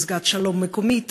פסגת שלום מקומית,